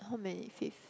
how many fifth